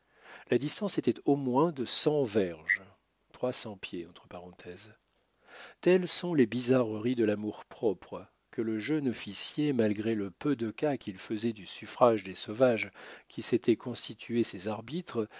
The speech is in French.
la distance était au moins de cent verges telles sont les bizarreries de l'amour-propre que le jeune officier malgré le peu de cas qu'il faisait du suffrage des sauvages qui s'étaient constitués ses arbitres